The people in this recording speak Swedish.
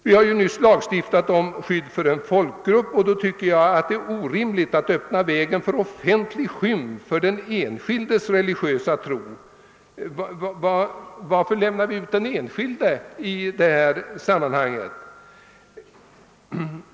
Vi har nyligen lagstiftat om skydd för folkgrupper. Jag tycker det är orimligt att nu öppna vägen för offentlig skymf av den enskildes religiösa tro. Varför lämnar vi ut den enskilde i detta sammanhang?